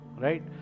right